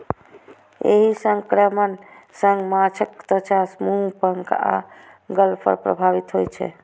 एहि संक्रमण सं माछक त्वचा, मुंह, पंख आ गलफड़ प्रभावित होइ छै